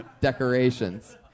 decorations